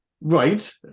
right